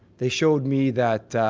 they showed me that